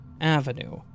Avenue